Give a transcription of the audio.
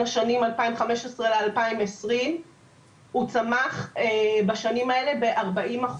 השנים 2015-2020. הוא צמח בשנים האלה ב-40%,